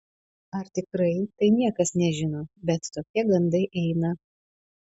ar tikrai tai niekas nežino bet tokie gandai eina